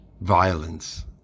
violence